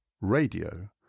radio